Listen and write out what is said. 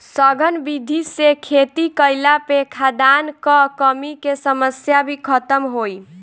सघन विधि से खेती कईला पे खाद्यान कअ कमी के समस्या भी खतम होई